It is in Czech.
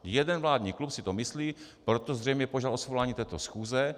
Jeden vládní klub si to myslí, proto zřejmě požádal o svolání této schůze.